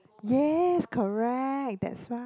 yes correct that's right